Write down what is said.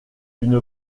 une